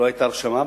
לסדר-היום,